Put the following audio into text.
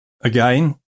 Again